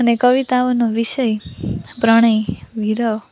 અને કવિતાઓનો વિષય પ્રણય વિરહ